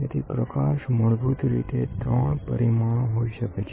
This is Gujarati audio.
તેથી પ્રકાશ મૂળભૂત રીતે3 પરિમાણો હોઈ શકે છે